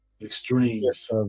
Extremes